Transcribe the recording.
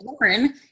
Lauren